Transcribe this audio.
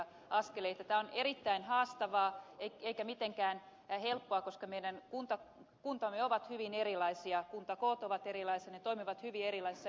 tämä on erittäin haastavaa eikä mitenkään helppoa koska meidän kuntamme ovat hyvin erilaisia kuntakoot ovat erilaisia ne toimivat hyvin erilaisissa ympäristöissä